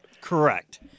Correct